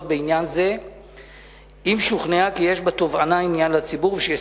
בעניין זה אם שוכנעה כי יש בתובענה עניין לציבור ושיש